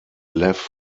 lev